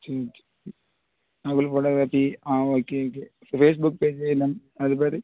ம் Nakul photography ah okay okay Facebook page என்ன அது பேர்